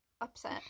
Upset